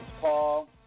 Paul